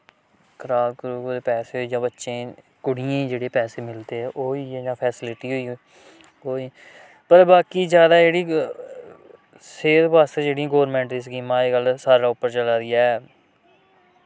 खराक खरूक दे पैसे जां बच्चें गी कुड़ियें गी जेह्ड़े पैसे मिलदे ओह् होई गेई जां फैसिलिटी होई गेई कोई पर बाकि जैदा जेह्ड़ी सेह्त वास्तै जेह्ड़ियां गोरमैंट दी स्कीमां अजकल्ल सारे कोला उप्पर चला दी ऐ